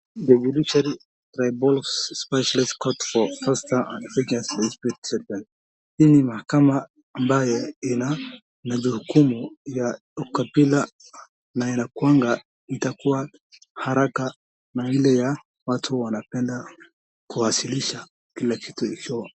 The judiciary tribunals specialized courts for faster and effective dispute settlement . Hii ni mahakama ambaye ina jukumu ya ukabila na inakuanga itakuwa kama ile ya watu wanapenda kuwasilisha kila kitu